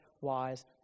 wise